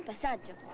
ah statue